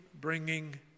bringing